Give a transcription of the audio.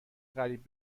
قریب